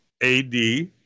A-D